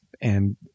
and-